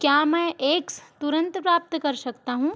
क्या मैं एग्स तुरंत प्राप्त कर सकता हूँ